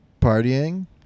partying